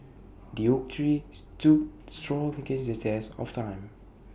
the oak tree stood strong against the test of time